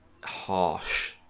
harsh